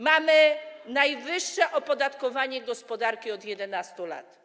Mamy najwyższe opodatkowanie gospodarki od 11 lat.